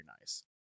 nice